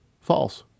false